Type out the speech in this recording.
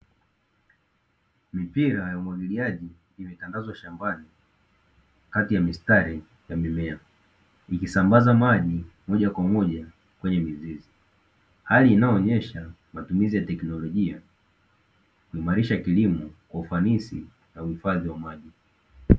Mipira ya umwagiliaji imetandazwa shambani kati ya mistari ya mimea, ikisambaza maji moja kwa moja kwenye mizizi. Hali inayoonyesha matumizi ya teknolojia kuimarisha kilimo kwa ufanisi na uhifadhi wa maji.